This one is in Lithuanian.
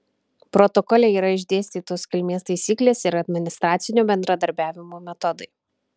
protokole yra išdėstytos kilmės taisyklės ir administracinio bendradarbiavimo metodai